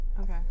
okay